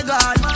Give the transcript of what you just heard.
God